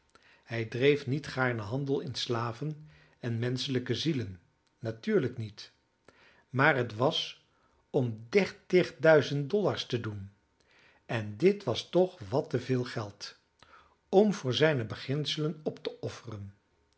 hij dreef niet gaarne handel in slaven en menschelijke zielen natuurlijk niet maar het was om dertig duizend dollars te doen en dit was toch wat te veel geld om voor zijne beginselen op te offeren